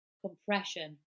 compression